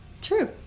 True